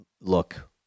look